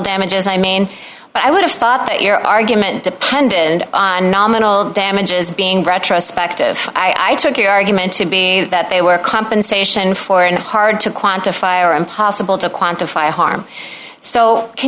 damages i mean but i would have thought that your argument depended on nominal damages being retrospective i took your argument to be that they were compensation for and hard to quantify or impossible to quantify harm so can